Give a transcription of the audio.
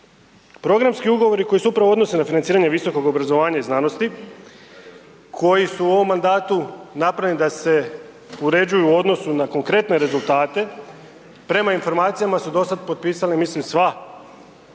programski ugovori koji se upravo odnose na financiranje visokog obrazovanja i znanosti koji su u ovom mandatu napravljeni da se uređuju u odnosu na konkretne rezultate, prema informacijama su do sada potpisali mislim sva